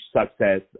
success